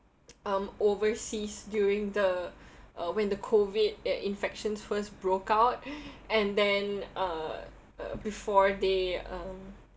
um overseas during the uh when the COVID infections first broke out and then uh uh before they uh